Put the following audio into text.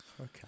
Okay